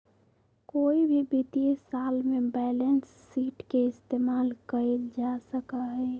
कोई भी वित्तीय साल में बैलेंस शीट के इस्तेमाल कइल जा सका हई